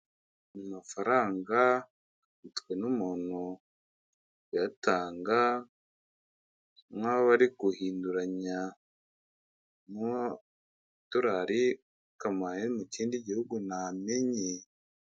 Amafaranga afitwe n'umuntu uyatanga, nk'aho bari guhinduranya mu madorari akamuha ayo mu kindi gihugu ntamenye.